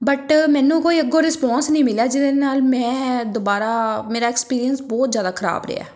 but ਮੈਨੂੰ ਕੋਈ ਅੱਗੋ ਰਿਸਪੋਂਸ ਨਹੀਂ ਮਿਲਿਆ ਜਿਹਦੇ ਨਾਲ ਮੈਂ ਦੁਬਾਰਾ ਮੇਰਾ ਐਕਸਪੀਰੀਅੰਸ ਬਹੁਤ ਜ਼ਿਆਦਾ ਖ਼ਰਾਬ ਰਿਹਾ